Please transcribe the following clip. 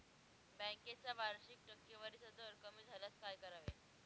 बँकेचा वार्षिक टक्केवारीचा दर कमी झाल्यास काय करावे?